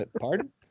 pardon